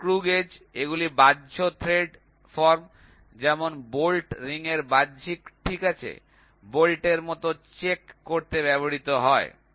ring screw gauge এগুলি বাহ্য thread form যেমন বোল্ট রিংয়ের বাহ্যিক ঠিক আছে বোল্টের মতো চেক করতে ব্যবহৃত হয়